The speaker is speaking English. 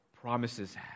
promises